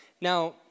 Now